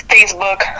Facebook